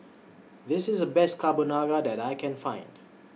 This IS The Best Carbonara that I Can Find